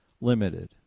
limited